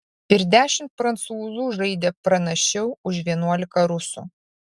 ir dešimt prancūzų žaidė pranašiau už vienuolika rusų